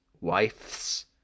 wife's